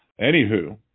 Anywho